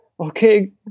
okay